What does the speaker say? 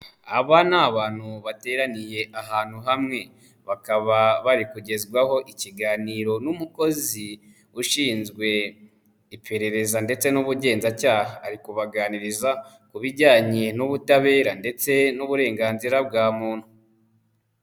Aba ni abantu bateraniye ahantu hamwe bakaba bari kugezwaho ikiganiro n'umukozi ushinzwe iperereza ndetse n'ubugenzacyaha, ari kubaganiriza ku bijyanye n'ubutabera ndetse n'uburenganzira bwa muntu.